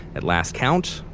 at last count,